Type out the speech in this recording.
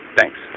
thanks